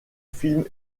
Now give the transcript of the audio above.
film